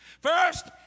First